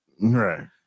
Right